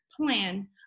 plan